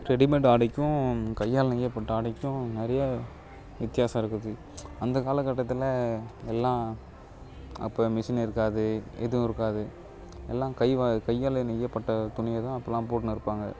readymade ஆடைக்கும் கையால் நெய்யப்பட்ட ஆடைக்கும் நிறையா வித்யாசம் இருக்குது அந்த காலகட்டத்தில் எல்லாம் அப்போ மிஷின் இருக்காது எதுவும் இருக்காது எல்லாம் கை வா கையால் நெய்யப்பட்ட துணியை தான் அப்போல்லாம் போட்ன்ணு இருப்பாங்க